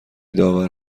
داور